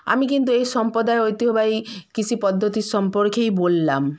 আমি কিন্তু এই সম্প্রদায়ের ঐতিহবাহী কৃষি পদ্ধতির সম্পর্কেই বললাম